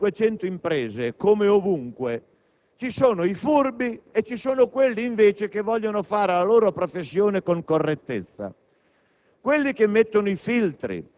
perché tra le 8.500 imprese, come ovunque, ci sono i furbi e quelli che invece vogliono svolgere la loro professione con correttezza.